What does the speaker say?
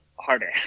harder